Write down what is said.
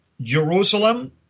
Jerusalem